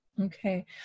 Okay